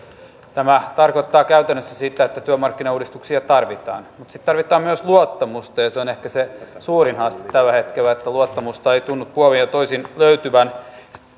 tämä tarkoittaa käytännössä sitä että työmarkkinauudistuksia tarvitaan mutta sitten tarvitaan myös luottamusta ja se on ehkä se suurin haaste tällä hetkellä että luottamusta ei tunnu puolin ja toisin löytyvän sitten